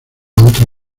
otra